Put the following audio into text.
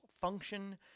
function